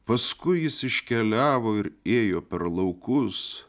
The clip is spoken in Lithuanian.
paskui jis iškeliavo ir ėjo per laukus